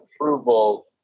approval